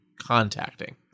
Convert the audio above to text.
contacting